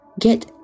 get